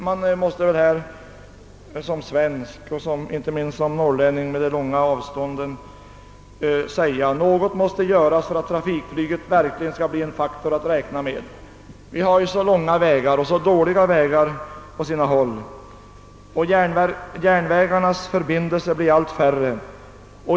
Man måste väl som svensk och inte minst som norrlänning med tanke på de stora avstånden säga att något måste göras för att trafikflyget verkligen skall bli en faktor att räkna med. Vi har ju så långa vägar och på sina håll även dåliga vägar. Järnvägsförbindelserna blir allt färre.